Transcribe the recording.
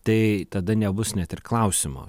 tai tada nebus net ir klausimo